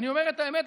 אני אומר את האמת,